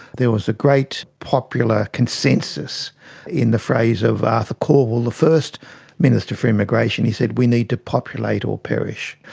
there was a great popular consensus in the phrase of arthur calwell, the first minister for immigration, he said, we need to populate or perish.